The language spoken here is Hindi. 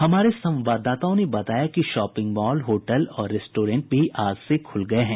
हमारे संवाददाताओं ने बताया कि शॉपिंग मॉल होटल और रेस्टोरेंट भी आज से खुल गये हैं